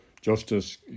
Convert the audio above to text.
justice